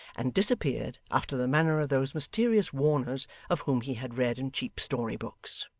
and disappeared after the manner of those mysterious warners of whom he had read in cheap story-books.